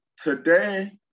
today